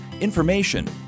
information